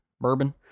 Bourbon